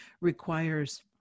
requires